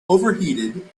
overheated